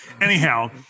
Anyhow